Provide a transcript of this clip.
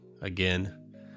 again